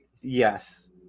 Yes